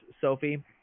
sophie